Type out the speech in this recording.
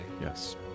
Yes